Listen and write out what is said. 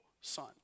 son